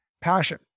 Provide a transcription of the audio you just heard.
passion